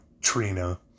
Trina